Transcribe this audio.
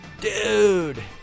Dude